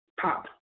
pop